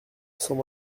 cent